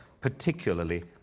particularly